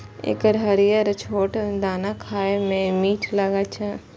एकर हरियर छोट दाना खाए मे मीठ लागै छै